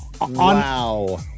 Wow